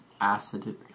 acid